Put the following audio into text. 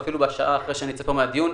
ואפילו שעה אחרי שנצא מהדיון,